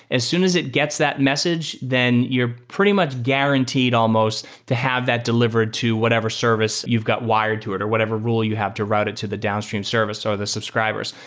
as soon as it gets that message, then you're pretty much guaranteed almost to have that delivered to whatever service you've got wired to it or whatever rule you have to route it to the downstream service or the subscribers.